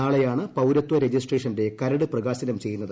നാളെയാണ് പൌരത്വ രജിസ്ട്രേഷന്റെ കരട് പ്രകാശനം ചെയ്യുന്നത്